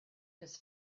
his